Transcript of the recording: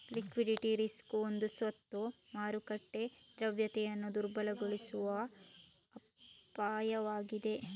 liquidity risk ಒಂದು ಸ್ವತ್ತು ಮಾರುಕಟ್ಟೆ ದ್ರವ್ಯತೆಯನ್ನು ದುರ್ಬಲಗೊಳಿಸುವ ಅಪಾಯವಾಗಿದೆ